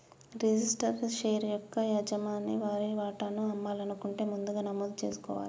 registered share యొక్క యజమాని వారి వాటాను అమ్మాలనుకుంటే ముందుగా నమోదు జేసుకోవాలే